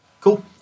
Cool